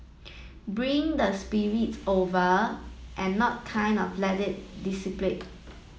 bring the spirits over and not kind of let it